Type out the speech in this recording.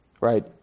right